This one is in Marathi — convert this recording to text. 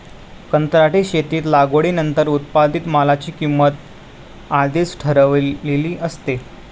कंत्राटी शेतीत लागवडीनंतर उत्पादित मालाची किंमत आधीच ठरलेली असते